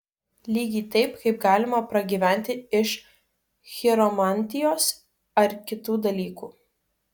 lygiai taip kaip galima pragyventi iš chiromantijos ar kitų dalykų